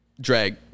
drag